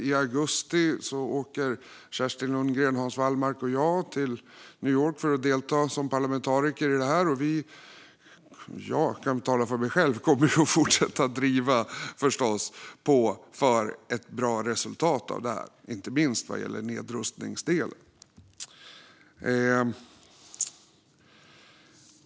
I augusti åker Kerstin Lundgren, Hans Wallmark och jag till New York för att delta som parlamentariker i det här. Jag kommer att fortsätta driva på för ett bra resultat av det här, inte minst vad gäller nedrustningsdelen.